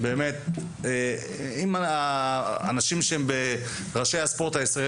באמת אם האנשים שהם ראשי הספורט הישראלי